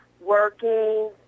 working